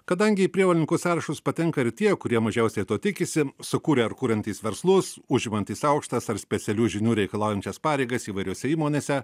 kadangi į prievolininkų sąrašus patenka ir tie kurie mažiausiai to tikisi sukūrę ar kuriantys verslus užimantys aukštas ar specialių žinių reikalaujančias pareigas įvairiose įmonėse